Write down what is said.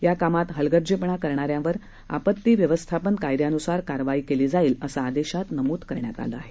या कामात हलगर्जीपणा करणाऱ्यांवर आपत्ती व्यवस्थापन कायद्यानुसार कारवाई केली जाईल असं आदेशात नमूद केलं आहे